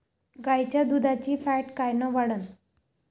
गाईच्या दुधाची फॅट कायन वाढन?